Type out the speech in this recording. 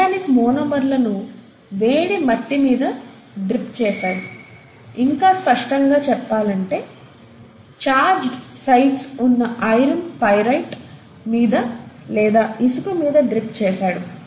organic మోనోమెర్లను వేడి మట్టి మీద డ్రిప్ చేసాడు ఇంకా స్పష్టంగా చెప్పాలంటే ఛార్జ్డ్ సైట్స్ ఉన్న ఐరన్ పైరైట్ మీద లేదా ఇసుక మీద డ్రిప్ చేసాడు